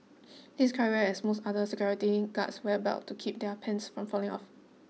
this is quite rare as most other security guards wear belts to keep their pants from falling down